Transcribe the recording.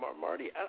Marty